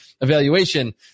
evaluation